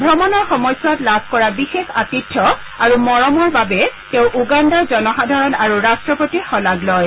ভ্ৰমণৰ সময়ছোৱাত লাভ কৰা বিশেষ আতিথ্য আৰু মৰমৰ বাবে তেও উগান্দাৰ জনসাধাৰণ আৰু ৰাট্টপতিৰ শলাগ লয়